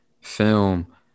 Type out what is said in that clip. film